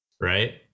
right